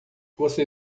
você